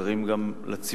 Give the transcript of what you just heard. מוכרים גם לציבור,